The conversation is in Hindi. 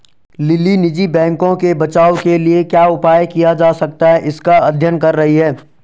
लिली निजी बैंकों के बचाव के लिए क्या उपाय किया जा सकता है इसका अध्ययन कर रही है